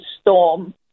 storm